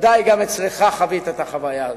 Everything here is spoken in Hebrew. ודאי שגם אצלך חווית את החוייה הזאת.